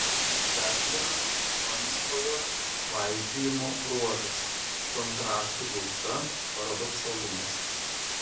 dar vienas chtoniškojo vaizdijimo bruožas kontrastų gausa paradoksalumas